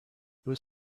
was